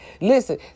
Listen